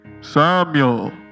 Samuel